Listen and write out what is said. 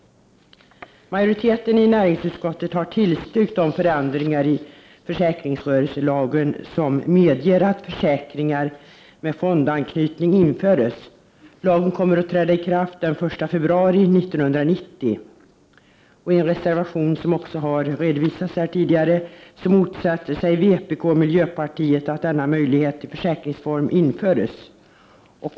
Majoriteten i näringsutskottet har tillstyrkt de förändringar i försäkringsrörelselagen som medger att försäkringar med fondanknytning införes. Lagen kommer att träda i kraft den 1 februari 1990. I en reservation som har redovisats här tidigare motsätter sig vpk och miljöpartiet att denna möjlighet till försäkringsform införs.